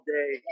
day